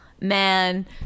man